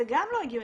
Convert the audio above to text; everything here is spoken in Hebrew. זה גם לא הגיוני.